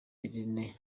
irene